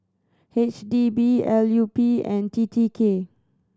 H D B L U P and T T K